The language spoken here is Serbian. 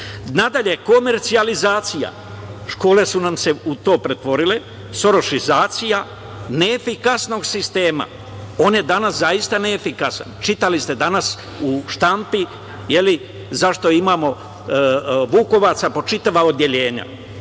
komercijalizacija, škole su nam se u to pretvorile, sorošizacija neefikasnog sistema, on je danas zaista neefikasan. Čitali ste danas u štampi zašto imamo vukovaca po čitava odeljenja.